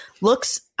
Looks